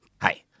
Hi